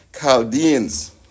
Chaldeans